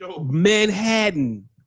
Manhattan